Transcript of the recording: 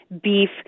beef